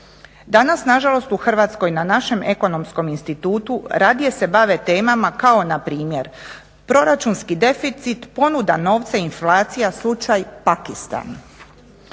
Danas nažalost u Hrvatskoj na našem ekonomskom institutu radije se bave temama kao npr. proračunski deficit, ponuda novca, inflacija, slučaj Pakistan.